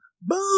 boom